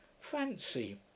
Fancy